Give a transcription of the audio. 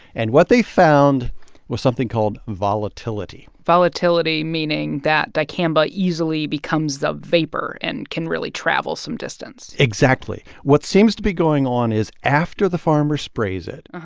and what they found was something called volatility volatility meaning that dicamba easily becomes a vapor and can really travel some distance exactly. what seems to be going on is after the farmer sprays it,